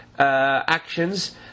Actions